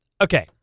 Okay